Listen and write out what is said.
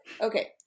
Okay